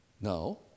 No